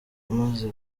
maze